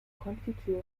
konfitüre